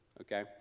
Okay